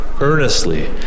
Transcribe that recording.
earnestly